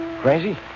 Crazy